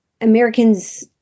Americans